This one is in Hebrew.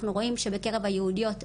אנחנו רואים שבקרב היהודיות,